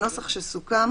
הנוסח שסוכם